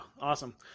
Awesome